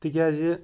تِکیٛازِ